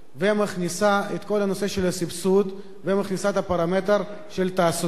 והיא מכניסה את כל הנושא של הסבסוד ומכניסה את הפרמטר של התעסוקה,